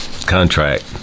contract